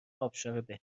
ابشار